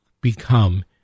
become